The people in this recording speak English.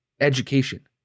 education